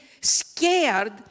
scared